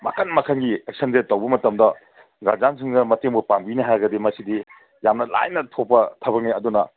ꯃꯈꯜ ꯃꯈꯜꯒꯤ ꯑꯦꯛꯁꯟꯁꯦ ꯇꯧꯕ ꯃꯇꯝꯗ ꯒꯥꯔꯖꯤꯌꯥꯟꯁꯤꯡꯁꯤꯅ ꯃꯇꯦꯡꯕꯨ ꯄꯥꯡꯕꯤꯅꯦ ꯍꯥꯏꯔꯒꯗꯤ ꯃꯁꯤꯗꯤ ꯌꯥꯝꯅ ꯂꯥꯏꯅ ꯊꯣꯛꯄ ꯊꯕꯛꯅꯦ ꯑꯗꯨꯅ